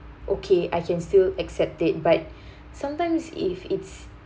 okay I can still accept it but sometimes if it's